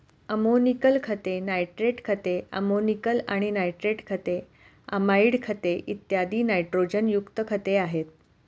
ammoniacal खते, nitrate खते, ammoniacal आणि नायट्रेट खते, अमाइड खते, इत्यादी नायट्रोजनयुक्त खते आहेत